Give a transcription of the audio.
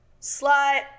slut